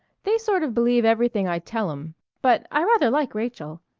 they sort of believe everything i tell them but i rather like rachael.